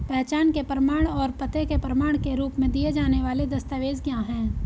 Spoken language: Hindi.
पहचान के प्रमाण और पते के प्रमाण के रूप में दिए जाने वाले दस्तावेज क्या हैं?